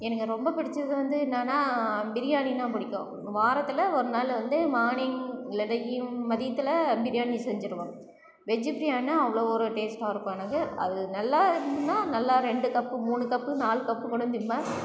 எனக்கு ரொம்ப பிடிச்சது வந்து என்னான்னா பிரியாணி தான் பிடிக்கும் வாரத்தில் ஒரு நாள் வந்து மார்னிங் இல்லைனா ஈவ் மதியத்தில் பிரியாணி செஞ்சிருவோம் வெஜ் பிரியாணினா அவ்வளோ ஒரு டேஸ்ட்டாக இருக்கு எனக்கு அது நல்லா இருந்துதுன்னா நல்லா ரெண்டு கப் மூணு கப் நாலு கப் கூட திம்பன்